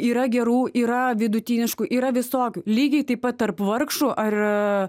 yra gerų yra vidutiniškų yra visokių lygiai taip pat tarp vargšų ar